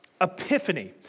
Epiphany